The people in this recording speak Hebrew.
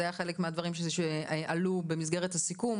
זה היה חלק מהדברים שעלו במסגרת הסיכום